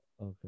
okay